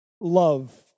love